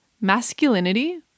Masculinity